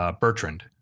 Bertrand